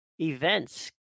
events